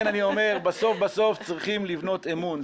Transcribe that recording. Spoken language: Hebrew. בסוף-בסוף צריך לבנות אמון,